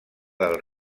del